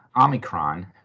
omicron